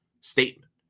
statement